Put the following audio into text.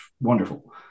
wonderful